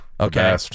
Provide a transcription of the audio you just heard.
okay